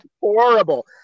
horrible